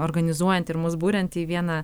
organizuojant ir mus buriant į vieną